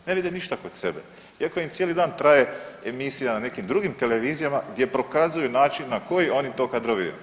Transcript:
Ne vide ništa kod sebe iako im cijeli dan traje emisija na nekim drugim televizijama gdje prokazuju način na koji oni to kadroviraju.